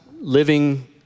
living